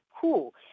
Cool